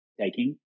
taking